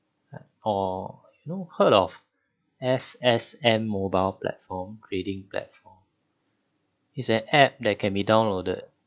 or you know heard of F_S_M mobile platform trading platform it's an app that can be downloaded